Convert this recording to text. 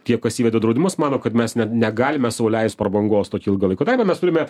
tie kas įvedė draudimus mano kad mes net negalime sau leist prabangos tokį ilgą laiką be abejo mes turime